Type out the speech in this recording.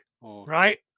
right